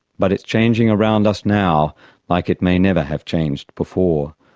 but it's changing around us now like it may never have changed before.